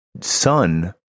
Son